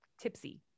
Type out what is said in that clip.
tipsy